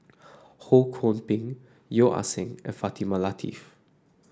Ho Kwon Ping Yeo Ah Seng and Fatimah Lateef